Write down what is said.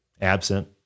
absent